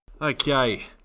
Okay